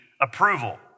approval